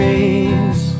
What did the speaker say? Dreams